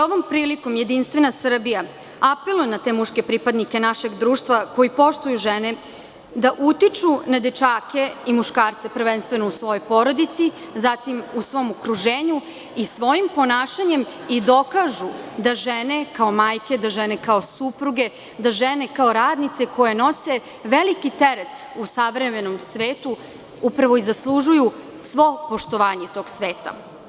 Ovom prilikom JS apeluje na te muške pripadnike našeg društva koji poštuju žene da utiču na dečake i muškarce, prvenstveno u svojoj porodici, zatim u svom okruženju i da svojim ponašanjem i dokažu da žene kao majke, da žene kao supruge, da žene kao radnice koje nose veliki teret u savremenom svetu upravo i zaslužuju svo poštovanje tog sveta.